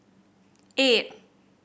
eight